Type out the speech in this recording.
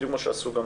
בדיוק כמו שעשו גם